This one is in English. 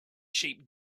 sheep